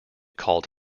called